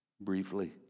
Briefly